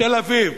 תל-אביב,